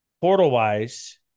portal-wise